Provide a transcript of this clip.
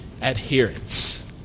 adherence